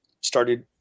started